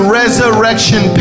resurrection